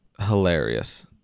hilarious